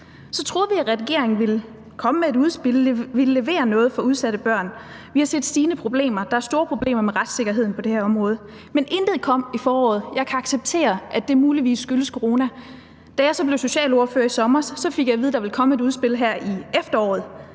Så troede vi, at regeringen ville komme med et udspil, ville levere noget for udsatte børn. Vi har set stigende problemer. Der er store problemer med retssikkerheden på det her område. Men intet kom i foråret. Jeg kan acceptere, at det muligvis skyldes corona. Da jeg så blev socialordfører i sommer, fik jeg at vide, at der ville komme et udspil her i efteråret.